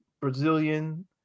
Brazilian